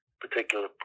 particular